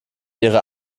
ihrer